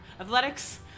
Athletics